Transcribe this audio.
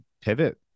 pivot